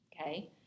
okay